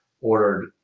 ordered